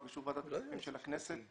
ובאישור ועדת הכספים של הכנסת,